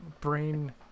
brain